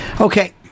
Okay